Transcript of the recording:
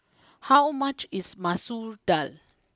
how much is Masoor Dal